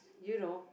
you know